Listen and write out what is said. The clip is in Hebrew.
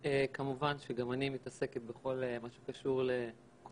כמובן שגם אני מתעסקת בכל מה שקשור לכושר,